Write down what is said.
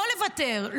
לא לוותר,